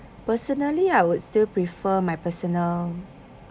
personally I would still prefer my personal